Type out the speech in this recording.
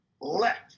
left